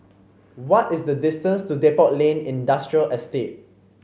what is the distance to Depot Lane Industrial Estate